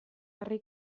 harri